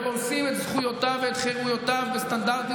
ורומסים את זכויותיו וחירויותיו בסטנדרטים